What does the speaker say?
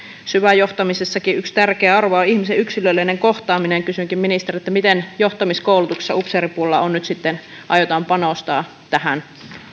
syväjohtamisessakin yksi tärkeä arvo on ihmisen yksilöllinen kohtaaminen kysynkin ministeriltä miten johtamiskoulutuksessa upseeripuolella nyt sitten aio taan panostaa tähän